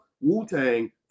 Wu-Tang